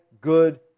good